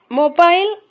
mobile